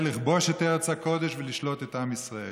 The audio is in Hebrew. לכבוש את ארץ הקודש ולשלוט על עם ישראל.